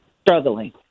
Struggling